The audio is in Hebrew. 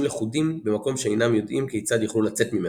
לכודים במקום שאינם יודעים כיצד יוכלו לצאת ממנו.